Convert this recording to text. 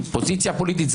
פוזיציה פוליטית.